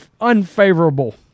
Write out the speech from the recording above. unfavorable